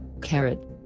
Carrot